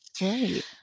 Right